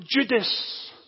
Judas